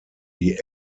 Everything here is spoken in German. die